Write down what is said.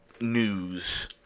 news